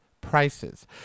prices